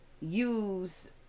use